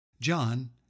John